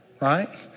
right